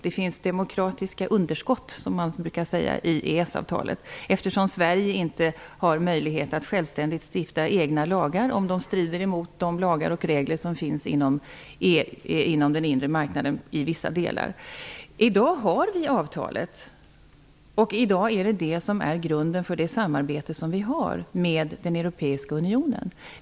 Det finns demokratiska underskott, som det heter, i EES avtalet. Sverige har ju inte möjlighet att självständigt stifta egna lagar om dessa strider mot de lagar och regler som finns inom den inre marknaden i vissa delar. I dag har vi EES-avtalet. Det är i dag grunden för det samarbete som vi har med den europeiska unionen.